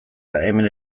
hemen